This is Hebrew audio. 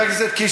חבר הכנסת קיש,